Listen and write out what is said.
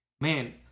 man